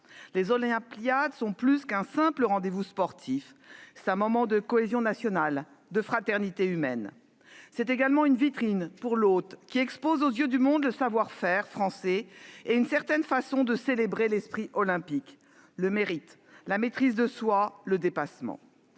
Les Olympiades sont plus qu'un simple rendez-vous sportif : il s'agit d'un moment de cohésion nationale et de fraternité humaine. C'est également une vitrine pour le pays hôte : la France exposera aux yeux du monde le savoir-faire français et une certaine façon de célébrer l'esprit olympique, par le mérite, la maîtrise de soi, le dépassement.